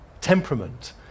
temperament